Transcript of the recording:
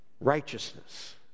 righteousness